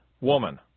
woman